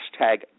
hashtag